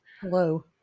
hello